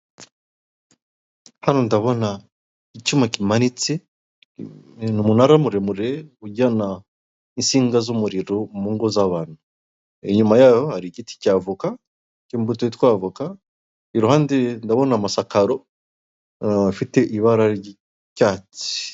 Hano ndabona icyuma kimanitse, umunara muremure ujyana insinga z'umuriro mu ngo z'abantu. Inyuma y'aho hari igiti cya voka cy'imbuto yitwaa voka, iruhande ndabona amasakaro afite ibara ry'cyatsi.